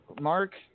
Mark